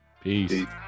peace